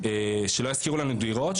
שלא ישכירו לנו דירות,